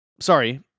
sorry